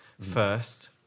first